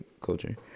culture